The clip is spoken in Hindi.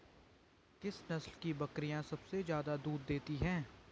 किस नस्ल की बकरीयां सबसे ज्यादा दूध देती हैं?